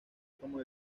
como